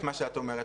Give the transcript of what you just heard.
את מה שאת אומרת,